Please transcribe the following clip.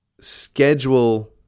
schedule